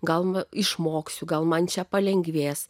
galvą išmoksiu gal man čia palengvės